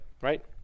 Right